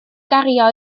gario